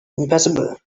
impassable